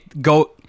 go